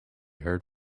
heard